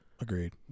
Agreed